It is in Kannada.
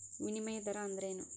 ವಿನಿಮಯ ದರ ಅಂದ್ರೇನು?